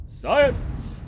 Science